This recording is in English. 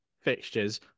fixtures